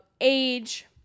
age